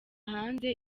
hanze